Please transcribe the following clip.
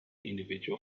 individual